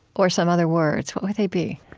or some other words, what would they be?